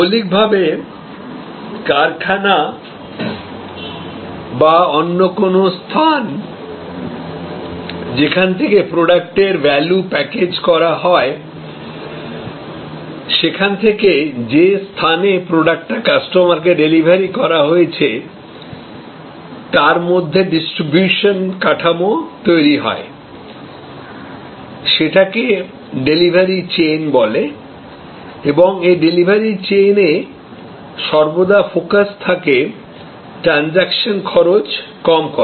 মৌলিকভাবে কারখানা বা অন্য কোন স্থান যেখান থেকে প্রোডাক্টের ভ্যালু প্যাকেজ করা হয় সেখান থেকে যে স্থানে প্রোডাক্টটা কাস্টমারকে ডেলিভারি করা হয়েছে তার মধ্যে ডিস্ট্রিবিউশন কাঠামো তৈরি হয় সেটাকেই ডেলিভারি চেইন বলে এবং এই ডেলিভারি চেইনে সর্বদা ফোকাস থাকে ট্রানস্যাকশন খরচ কম করা